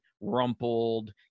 rumpled